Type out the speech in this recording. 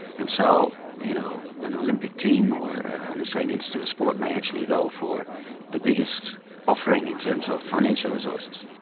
and so you know an olympic team, or the and australian institute of sport may actually go for the biggest offering in terms of financial resources.